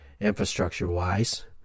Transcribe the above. infrastructure-wise